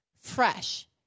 fresh